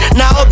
now